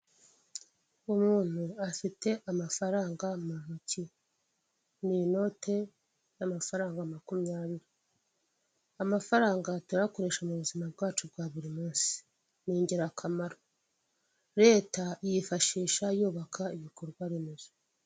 Umuntu afite amafaranga mu ntoki. Ni inote y'amafaranga makumyabiri. Amafaranga turayakoresha mu buzima bwacu bwa buri munsi. Ni ingirakamaro. Leta iyifashisha yubaka ibikorwa remezo.